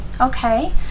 Okay